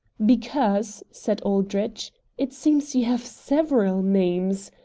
because, said aldrich, it seems you have several names.